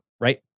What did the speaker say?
right